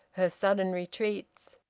her sudden retreats!